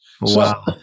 Wow